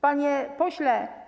Panie Pośle!